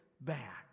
back